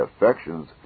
affections